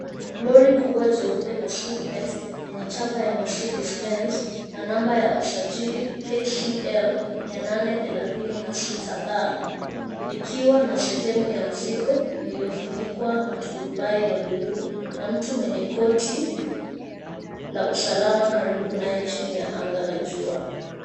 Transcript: Lori kubwa jeupe la simpet lenye chapa ya mercedes benz na namba ya usajili, KCL 836,D likiwa na sehemu ya mzigo iliofunikwa na turubai ya buluu na mtu mwenye koti la usalama karibu naye chini ya anga la jua.